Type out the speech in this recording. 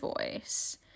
voice